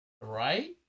Right